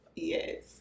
yes